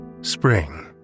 Spring